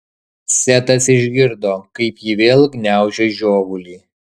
setas išgirdo kaip ji vėl gniaužia žiovulį